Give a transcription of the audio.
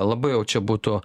labai jau čia būtų